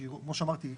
שהיא כמו שאמרתי,